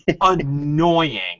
annoying